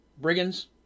brigands